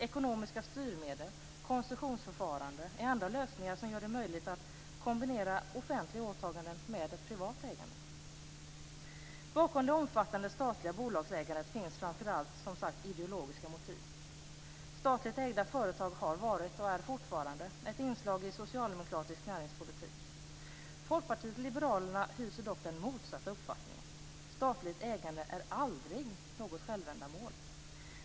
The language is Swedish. Ekonomiska styrmedel och koncessionsförfaranden är andra lösningar som gör det möjligt att kombinera offentliga åtaganden med privat ägande. Bakom det omfattande statliga bolagsägandet finns framför allt, som sagt, ideologiska motiv. Statligt ägda företag har varit och är fortfarande ett inslag i socialdemokratisk näringspolitik. Folkpartiet liberalerna hyser dock den motsatta uppfattningen. Statligt ägande är aldrig något självändamål.